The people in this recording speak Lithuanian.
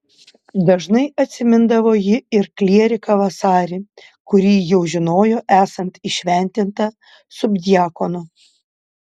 dažnai atsimindavo ji ir klieriką vasarį kurį jau žinojo esant įšventintą subdiakonu